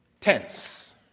tense